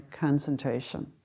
concentration